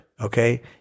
Okay